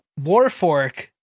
Warfork